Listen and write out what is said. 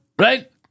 Right